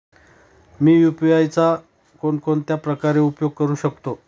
मी UPI चा कोणकोणत्या प्रकारे उपयोग करू शकतो?